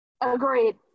Agreed